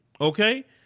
Okay